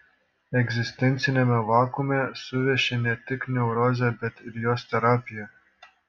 egzistenciniame vakuume suveši ne tik neurozė bet ir jos terapija